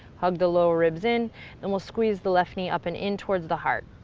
hug the lower ribs in and we'll squeeze the left knee up and in towards the heart.